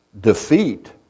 defeat